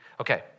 Okay